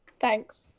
Thanks